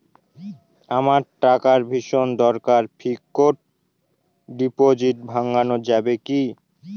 আমার টাকার ভীষণ দরকার ফিক্সট ডিপোজিট ভাঙ্গানো যাবে কি?